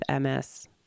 MS